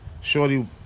shorty